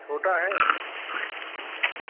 छोटा है अच्छा